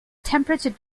temperature